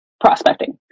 prospecting